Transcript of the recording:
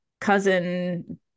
cousin